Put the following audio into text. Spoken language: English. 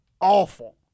awful